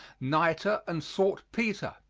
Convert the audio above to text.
niter and saltpeter.